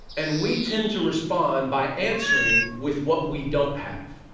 and we tend to respond by answering with what we don't have.